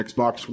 Xbox